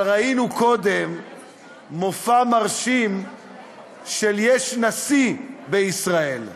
אבל ראינו קודם מופע מרשים של יש נשיא בישראל.